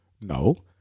No